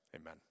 Amen